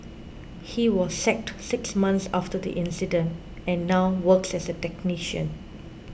he was sacked six months after the incident and now works as a technician